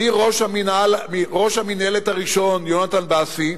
מראש המינהלת הראשון, יונתן בשיא,